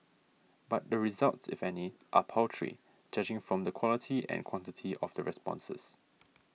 but the results if any are paltry judging from the quality and quantity of the responses